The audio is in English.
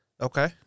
Okay